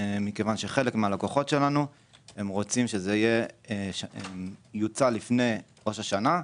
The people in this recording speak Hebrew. מכיוון שחלק מהלקוחות שלנו רצו שזה יוצא לפני ראש השנה,